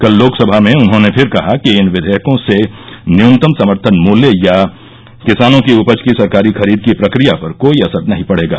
कल लोकसभा में उन्होंने फिर कहा कि इन क्वियकों से न्यूनतम समर्थन मूल्य या किसानों की उपज की सरकारी खरीद की प्रक्रिया पर कोई असर नहीं पडेगा